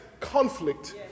conflict